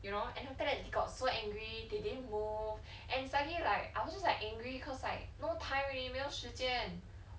you know and after that they got so angry they didn't move and suddenly like I was just like angry cause like no time already 没有时间